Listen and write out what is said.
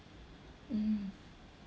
mm